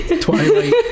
Twilight